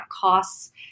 costs